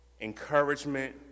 encouragement